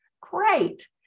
Great